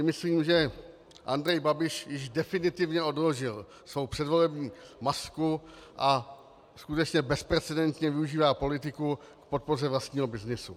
Myslím si, že Andrej Babiš již definitivně odložil svou předvolební masku a skutečně bezprecedentně využívá politiku k podpoře vlastního byznysu.